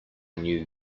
knew